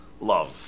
love